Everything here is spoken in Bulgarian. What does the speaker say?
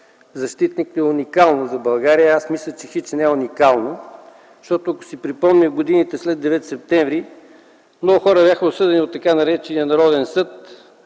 защитник” било уникално за България. Аз мисля, че хич не е уникално. Защото, ако си припомним годините след 9 септември, много хора бяха осъдени от така наречения Народен съд